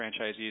franchisees